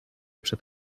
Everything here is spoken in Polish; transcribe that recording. przed